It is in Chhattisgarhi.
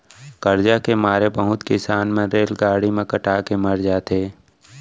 करजा के मारे बहुत किसान मन रेलगाड़ी म कटा के मर जाथें